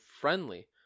friendly